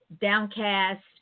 downcast